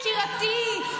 יקירתי.